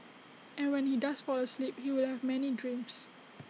and when he does fall asleep he will have many dreams